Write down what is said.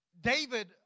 David